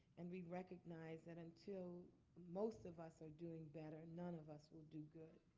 and we recognize that until most of us are doing better, none of us will do good.